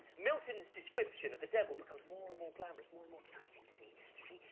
milton's description of the devil becomes more and more glamorous, more and more exciting, you see? you see,